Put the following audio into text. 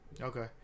Okay